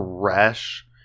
fresh